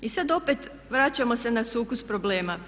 I sad opet vraćamo se na sukus problema.